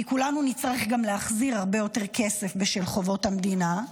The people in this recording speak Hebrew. כי כולנו נצטרך גם להחזיר הרבה יותר כסף בשל חובות המדינה,